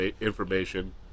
information